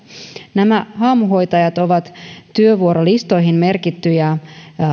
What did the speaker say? nämä haamuhoitajat ovat työvuorolistoihin merkittyjä